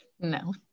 no